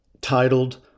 titled